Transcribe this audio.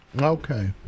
Okay